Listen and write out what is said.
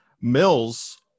Mills –